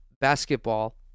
basketball